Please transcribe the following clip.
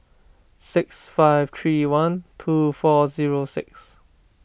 six five three one two four zero six